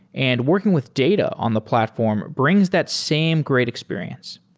and working with data on the platform brings that same great experience.